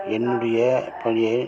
என்னுடைய பணியை